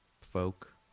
folk